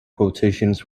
quotations